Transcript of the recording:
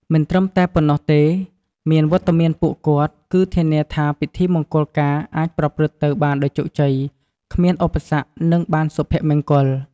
មិនត្រឹមតែប៉ុណ្ណោះទេ មានវត្តមានពួកគាត់ គឺធានាថាពិធីមង្គលការអាចប្រព្រឹត្តទៅបានដោយជោគជ័យ គ្មានឧបសគ្គ និងបានសុភមង្គល។